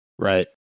Right